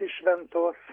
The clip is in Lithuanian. iš ventos